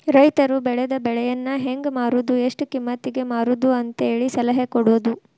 ರೈತರು ಬೆಳೆದ ಬೆಳೆಯನ್ನಾ ಹೆಂಗ ಮಾರುದು ಎಷ್ಟ ಕಿಮ್ಮತಿಗೆ ಮಾರುದು ಅಂತೇಳಿ ಸಲಹೆ ಕೊಡುದು